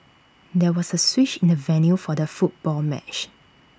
there was A switch in the venue for the football match